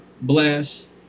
bless